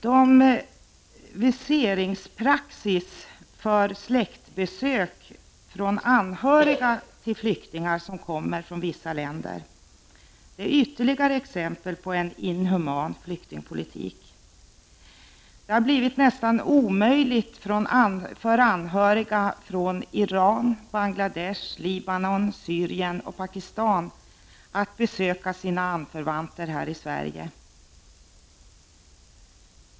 Den viseringspraxis för släktbesök av anhöriga till flyktingar från vissa länder som tillämpas är ytterligare ett exempel på en inhuman flyktingpolitik. Det har blivit nästan omöjligt för anhöriga från Iran, Bangladesh, Libanon, Syrien och Pakistan att besöka sina anförvanter här i Sverige.